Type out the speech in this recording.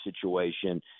situation